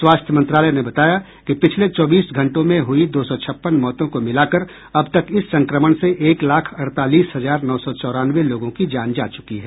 स्वास्थ्य मंत्रालय ने बताया कि पिछले चौबीस घंटों में हुई दो सौ छप्पन मौतों को मिलाकर अब तक इस संक्रमण से एक लाख अड़तालीस हजार नौ सौ चौरानवे लोगों की जान जा चुकी है